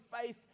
faith